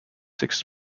six